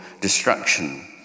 destruction